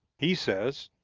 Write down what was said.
he says,